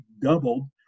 doubled